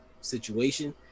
situation